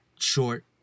short